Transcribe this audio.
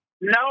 No